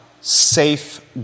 safe